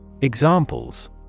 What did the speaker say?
Examples